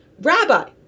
Rabbi